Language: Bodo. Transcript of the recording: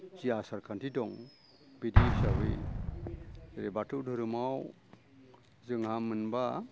जि आसार खान्थि दं बिदि हिसाबै जे बाथौ दोहोरोमाव जोंहा मोनबा